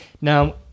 Now